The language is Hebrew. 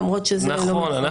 למרות שזה ללא מכרז.